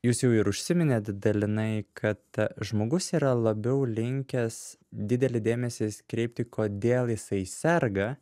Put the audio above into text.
jūs jau ir užsiminėt dalinai kad žmogus yra labiau linkęs didelį dėmesį kreipti kodėl jisai serga